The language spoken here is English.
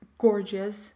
gorgeous